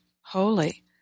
holy